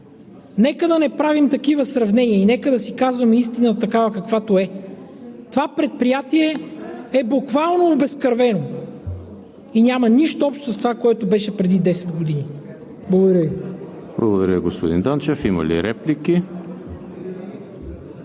Нека да не правим такива сравнения, нека да си казваме истината, такава каквато е – това предприятие буквално е обезкървено и няма нищо общо с това, което беше преди 10 години! Благодаря Ви. ПРЕДСЕДАТЕЛ ЕМИЛ ХРИСТОВ: Благодаря, господин Данчев. Има ли реплики?